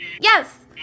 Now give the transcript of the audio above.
Yes